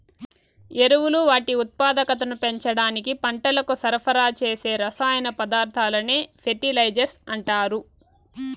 ఎరువులు వాటి ఉత్పాదకతను పెంచడానికి పంటలకు సరఫరా చేసే రసాయన పదార్థాలనే ఫెర్టిలైజర్స్ అంటారు